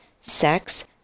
sex